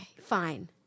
fine